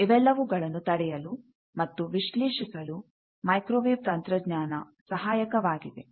ಇವೆಲ್ಲವುಗಳನ್ನು ತಡೆಯಲು ಮತ್ತು ವಿಶ್ಲೇಷಿಸಲು ಮೈಕ್ರೋವೇವ್ ತಂತ್ರಜ್ಞಾನ ಸಹಾಯಕವಾಗಿದೆ